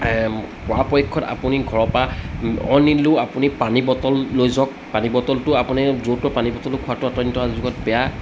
পৰাপক্ষত আপুনি ঘৰৰ পৰা অইন নিনিলেও আপুনি পানী বটল লৈ যাওক পানী বটলটো আপুনি য'ৰ ত'ৰ পানী বটল খোৱাটো অত্যন্ত যুগত বেয়া